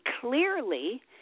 clearly